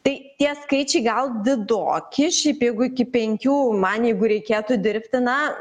tai tie skaičiai gal didoki šiap jeigu iki penkių man jeigu reikėtų dirbti na